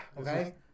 Okay